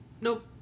nope